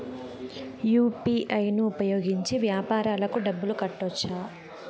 UPI ను ఉపయోగించి వ్యాపారాలకు డబ్బులు కట్టొచ్చా?